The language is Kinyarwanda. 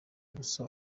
gusa